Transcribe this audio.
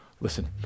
listen